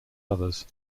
others